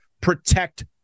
protect